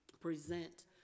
present